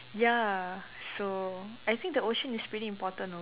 ya so I think the ocean is pretty important